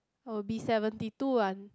I'll be seventy two one